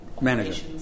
manager